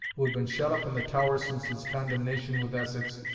who had been shut up in the tower since his condemnation with essex,